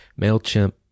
MailChimp